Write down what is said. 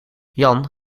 jan